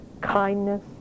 kindness